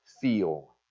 feel